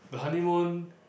the honeymoon